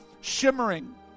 shimmering